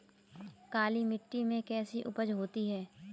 काली मिट्टी में कैसी उपज होती है?